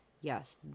yes